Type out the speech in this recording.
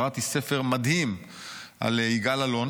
קראתי ספר מדהים על יגאל אלון,